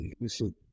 listen